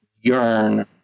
yearn